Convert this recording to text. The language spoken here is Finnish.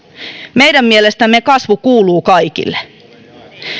meidän mielestämme kasvu kuuluu kaikille